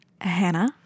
Hannah